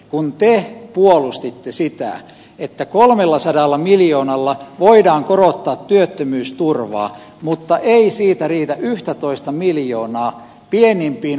kun peh puolustitte sitä että kolmellasadalla miljoonalla voidaan korottaa työttömyysturvaa mutta ei siitä riitä yhtätoista miljoonaa pienimpiin